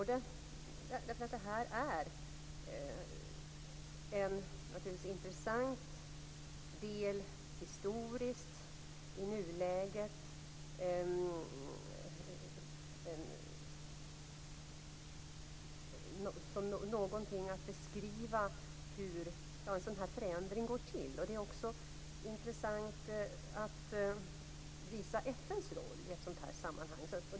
Det är en intressant del historiskt och i nuläget när det gäller att beskriva hur en sådan förändring går till. Det är också av intresse att visa FN:s roll i ett sådant här sammanhang.